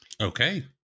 Okay